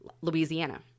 Louisiana